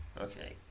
Okay